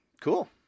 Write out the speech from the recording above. Cool